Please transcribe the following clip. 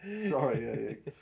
Sorry